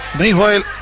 meanwhile